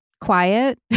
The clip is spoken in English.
quiet